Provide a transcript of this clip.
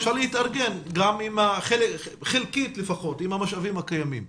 להתארגן, חלקית לפחות, עם המשאבים הקיימים.